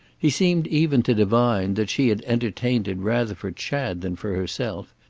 he seemed even to divine that she had entertained it rather for chad than for herself,